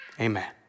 Amen